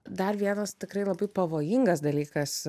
dar vienas tikrai labai pavojingas dalykas